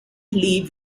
leave